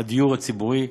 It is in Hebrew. הדיור הציבורי,